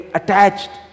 attached